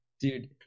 Dude